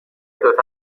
طرفه